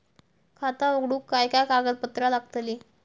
खाता उघडूक काय काय कागदपत्रा लागतली?